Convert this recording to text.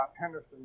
Henderson